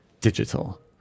digital